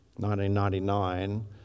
1999